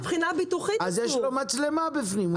יש לו מצלמה בפנים.